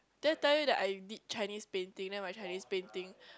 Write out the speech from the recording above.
did I tell you that I did Chinese painting then my Chinese painting